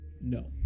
No